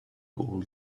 all